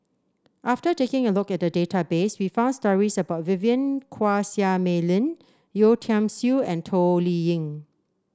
after taking a look at the database we found stories about Vivien Quahe Seah Mei Lin Yeo Tiam Siew and Toh Liying